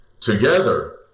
Together